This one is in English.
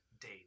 date